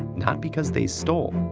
not because they stole,